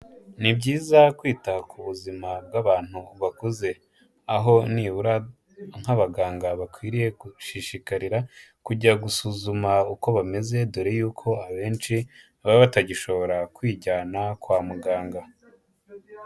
Ni byiza kwita ku buzima bw'abantu bakuze aho nibura nk'abaganga bakwiriye gushishikarira kujya gusuzuma uko bameze, dore yuko abenshi baba batagishobora kwijyana kwa muganga.